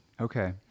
Okay